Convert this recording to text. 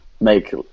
make